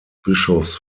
bischofs